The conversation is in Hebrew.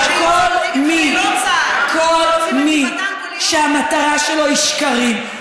אבל כל מי שהמטרה שלו היא שקרים,